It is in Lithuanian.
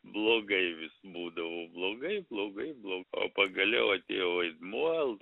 blogai vis būdavau blogai blogai blog o pagaliau atėjo vaidmuo